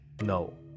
no